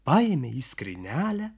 paėmė jis skrynelę